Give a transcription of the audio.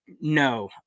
No